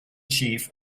chief